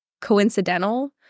coincidental